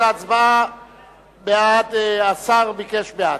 זאת הצבעה בעד, השר ביקש בעד.